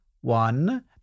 one